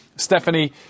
Stephanie